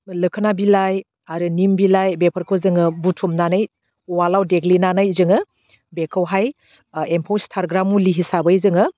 लोखोना बिलाइ आरो निम बिलाइ बेफोरखौ जोङो बुथुमनानै अवालाव देग्लिनानै जोङो बेखौहाय ओह एम्फौ सारग्रा मुलि हिसाबै जोङो